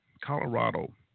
Colorado